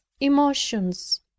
emotions